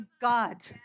God